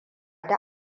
ta